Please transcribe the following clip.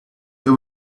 they